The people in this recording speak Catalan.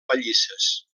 pallisses